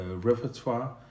repertoire